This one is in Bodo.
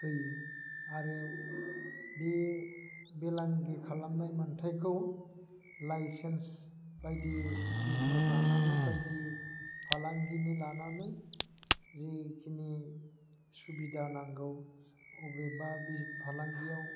होयो आरो बे फालांगि खालामनाय मोनथायखौ लाइसेन्स बायदि बिजनेस लानानै बायदि फालांगिनि लानानै जिखिनि सुबिदा नांगौ बबेबा फालांगियाव